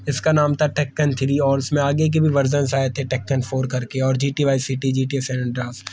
جس کا نام تھا ٹکن تھری اور اس میں آگے کے بھی ورزنس آئے تھے ٹکن فور کر کے اور G T vice city جی ٹیف اینڈ ڈراف